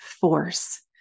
force